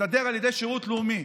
להסתדר על ידי שירות לאומי.